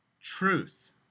truth